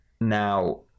Now